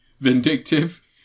vindictive